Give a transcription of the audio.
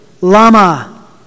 lama